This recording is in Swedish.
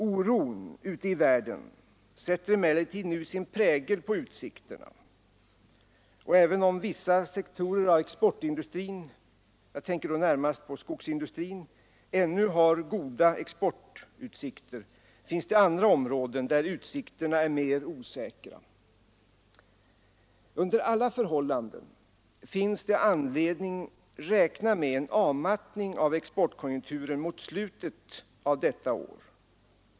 Oron ute i världen sätter emellertid nu sin prägel på våra utsikter. Även om vissa sektorer av exportindustrin — jag tänker då närmast på skogsindustrin — ännu har goda exportutsikter, finns det andra områden där utsikterna är mer osäkra. Under alla förhållanden finns det anledning räkna med en avmattning av exportkonjunkturen mot slutet av detta år.